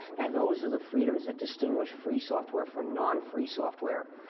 and those are the freedoms that distinguish free software from non-free software.